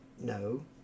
No